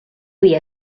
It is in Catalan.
via